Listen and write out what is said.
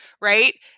Right